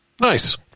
Nice